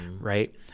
right